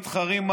מתחרים,